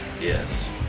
Yes